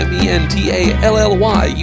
Mentally